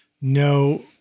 no